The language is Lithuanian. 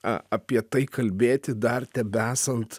a apie tai kalbėti dar tebesant